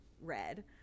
red